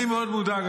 אני מאוד מודאג,